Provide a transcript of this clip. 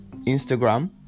Instagram